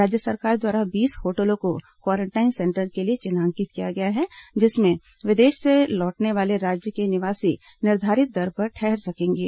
राज्य सरकार द्वारा बीस होटलों को क्वारेंटाइन सेंटर के लिए चिन्हांकित किया गया है जिसमें विदेश से लौटने वाले राज्य के निवासी निर्धारित दर पर ठहर सकेंगे